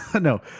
no